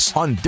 on